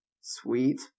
Sweet